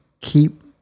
keep